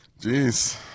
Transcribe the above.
Jeez